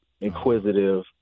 inquisitive